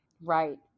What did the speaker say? Right